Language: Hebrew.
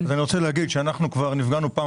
אני רוצה להגיד שאנחנו כבר נפגענו פעם